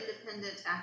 independent